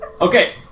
Okay